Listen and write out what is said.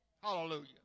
Hallelujah